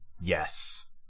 Yes